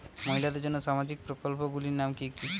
মহিলাদের জন্য সামাজিক প্রকল্প গুলির নাম কি কি?